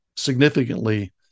significantly